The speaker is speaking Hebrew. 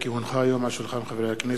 כי הונחה היום על שולחן הכנסת,